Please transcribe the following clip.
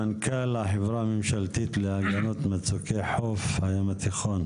מנכ"ל החברה הממשלתית להגנה על מצוקי חוף הים התיכון.